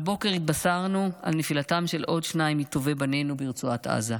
והבוקר התבשרנו על נפילתם של עוד שניים מטובי בנינו ברצועת עזה.